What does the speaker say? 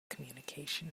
communication